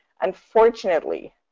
unfortunately